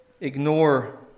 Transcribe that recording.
ignore